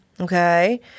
okay